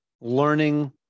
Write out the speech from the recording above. learning